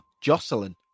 jocelyn